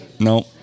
no